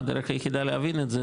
הדרך היחידה להבין את זה,